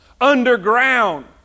Underground